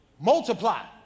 multiply